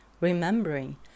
remembering